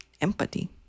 empathy